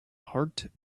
heart